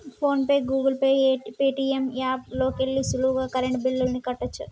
phone pay, Google Pay, Paytm app లోకెల్లి సులువుగా current బిల్లుల్ని కట్టచ్చు